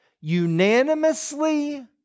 Unanimously